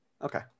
Okay